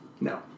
No